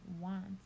wants